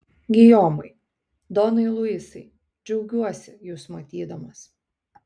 gijomai donai luisai džiaugiuosi jus matydamas